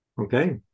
Okay